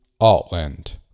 Altland